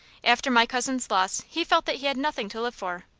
after my cousin's loss he felt that he had nothing to live for.